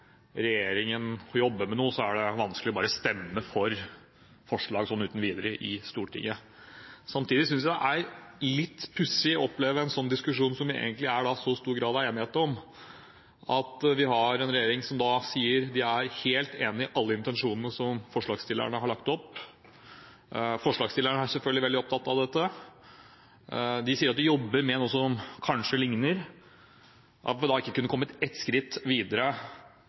regjeringen jobber med noe, er det vanskelig å stemme for forslag i Stortinget uten videre. Samtidig synes jeg det er litt pussig å oppleve en slik diskusjon om noe som det egentlig er stor grad av enighet om – når vi har en regjering som sier at de er helt enig i alle intensjonene som forslagsstillerne har. Forslagsstillerne er selvfølgelig veldig opptatt av dette. Regjeringen sier at de jobber med noe som kanskje likner. Kunne vi ikke da kommet ett skritt videre